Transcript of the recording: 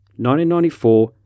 1994